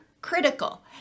critical